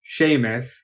Seamus